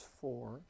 four